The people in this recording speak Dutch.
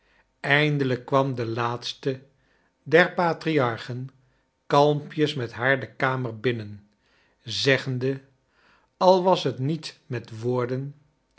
eindelijk kwam de laatste der patriarchen kalmpjes met haar de kamer binnen zeggende al was het niet met woorden